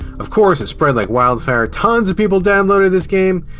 of course, it spread like wildfire. tons of people downloaded this game!